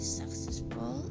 successful